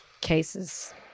cases